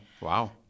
Wow